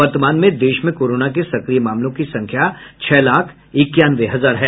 वर्तमान में देश में कोरोना के सक्रिय मामलों की संख्या छह लाख इक्यानवे हजार है